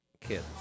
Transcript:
kids